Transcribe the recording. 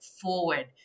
forward